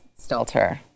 Stelter